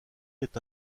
est